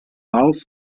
lauf